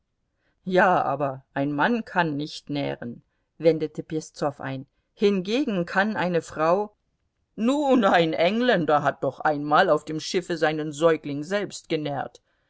ja aber ein mann kann nicht nähren wendete peszow ein hingegen kann eine frau nun ein engländer hat doch einmal auf dem schiffe seinen säugling selbst genährt